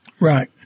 Right